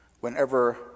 whenever